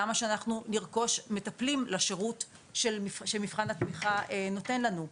למה שאנחנו נרכוש מטפלים לשירות שמבחן התמיכה נותן לנו?